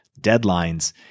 deadlines